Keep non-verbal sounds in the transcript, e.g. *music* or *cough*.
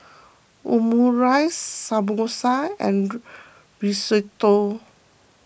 Omurice Samosa and *noise* Risotto